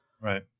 Right